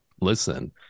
listen